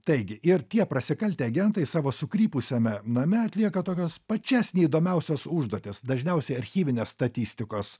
taigi ir tie prasikaltę agentai savo sukrypusiame name atlieka tokios pačias neįdomiausios užduotis dažniausiai archyvinės statistikos